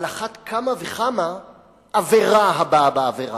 על אחת כמה וכמה עבירה הבאה בעבירה.